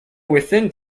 within